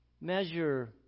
measure